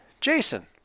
Jason